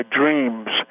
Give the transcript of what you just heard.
dreams